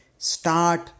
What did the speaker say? start